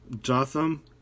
Jotham